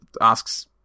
asks